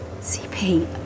CP